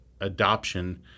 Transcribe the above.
adoption